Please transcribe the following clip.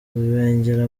rubengera